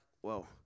Whoa